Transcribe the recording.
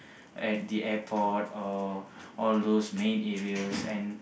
at the airport or all those main areas